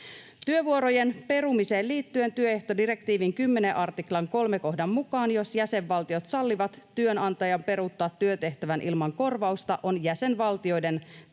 Työvuorojen perumiseen liittyen työehtodirektiivin 10 artiklan 3 kohdan mukaan jos jäsenvaltiot sallivat työnantajan peruuttaa työtehtävän ilman korvausta, on jäsenvaltioiden